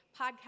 podcast